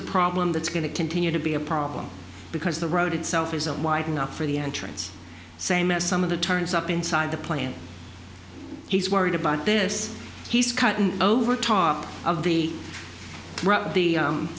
a problem that's going to continue to be a problem because the road itself isn't wide enough for the entrance same as some of the turns up inside the plant he's worried about this he's cutting over top of the